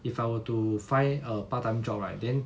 if I were to find a part time job right then